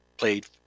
played